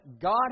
God